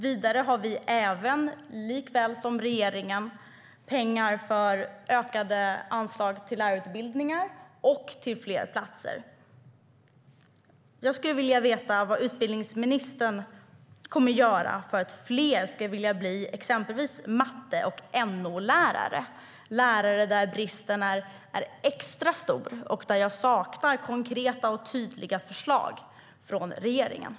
Vidare har vi likaväl som regeringen pengar för ökade anslag till lärarutbildningar och till fler platser.